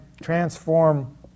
transform